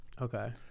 Okay